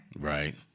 Right